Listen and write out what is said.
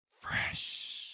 Fresh